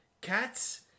Cats